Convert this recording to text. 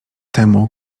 temu